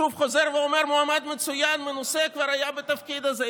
ואני שוב חוזר ואומר: מועמד מצוין ומנוסה שכבר היה בתפקיד הזה,